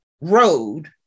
road